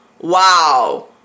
wow